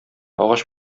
агач